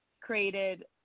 created